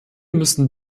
müssen